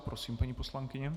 Prosím, paní poslankyně.